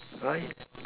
right